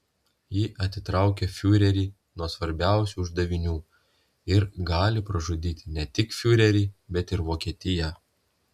ji atitraukė fiurerį nuo svarbiausių uždavinių ir gali pražudyti ne tik fiurerį bet ir vokietiją